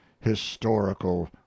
HISTORICAL